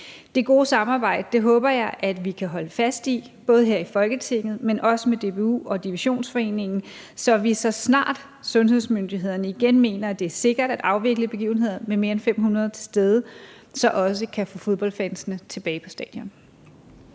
Det gode samarbejde håber jeg vi kan holde fast i, både her i Folketinget, men også med DBU og Divisionsforeningen, så vi, så snart sundhedsmyndighederne igen mener, at det er sikkert at afvikle begivenheder med mere end 500 til stede, så også kan få fodboldfansene tilbage på stadion.